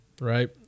right